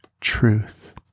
truth